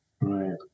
Right